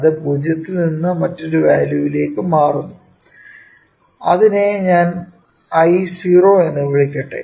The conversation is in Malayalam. അത് 0 ൽ നിന്ന് മറ്റൊരു വാല്യൂവിലേക്കു മാറുന്നു അതിനെ ഞാൻ I0 എന്ന് വിളിക്കട്ടെ